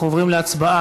אנחנו עוברים להצבעה